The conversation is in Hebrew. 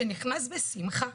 שנכנס בשמחה,